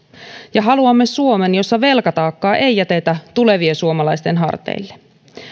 ja haluamme suomen jossa velkataakkaa ei jätetä tulevien suomalaisten harteille